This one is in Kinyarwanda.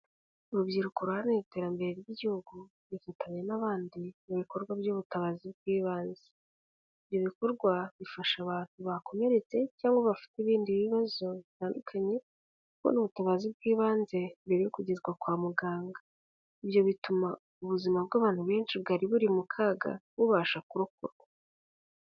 Urubyiruko ruharanira iterambere ry'igihugu rwifatanya n'abandi mu bikorwa by'ubutabazi bw'ibanze, ibyo bikorwa bifasha abantu bakomeretse cyangwa bafite ibindi bibazo bitandukanye kubona ubutabazi bw'ibanze mbere yo kugezwa kwa muganga ibyo bituma ubuzima bw'abantu benshi bwari buri mu kaga bubasha kurokorwa.